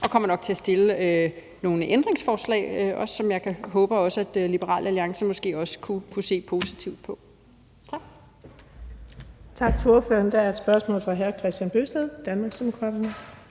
og kommer nok også til at stille nogle ændringsforslag, som jeg håber at Liberal Alliance måske også kunne se positivt på. Tak. Kl. 16:44 Den fg. formand (Birgitte Vind): Tak til ordføreren. Der er et spørgsmål fra hr. Kristian Bøgsted, Danmarksdemokraterne.